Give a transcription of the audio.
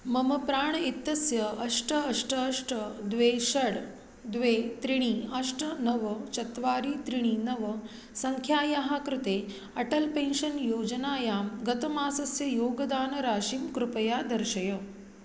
मम प्राण् इत्यस्य अष्ट अष्ट अष्ट द्वे षट् द्वे त्रीणि अष्ट नव चत्वारि त्रीणि नव सङ्ख्यायाः कृते अटल् पेन्शन् योजनायां गतमासस्य योगदानराशिं कृपया दर्शय